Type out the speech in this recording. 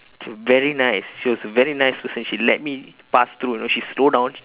very nice she was a very nice person she let me pass through you know she slow down